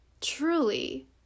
truly